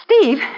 Steve